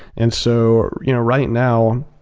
and so you know right now,